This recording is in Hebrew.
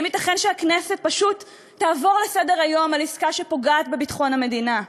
האם ייתכן שהכנסת פשוט תעבור לסדר-היום על עסקה שפוגעת בביטחון המדינה?